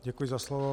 Děkuji za slovo.